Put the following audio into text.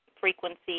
frequency